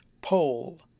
pole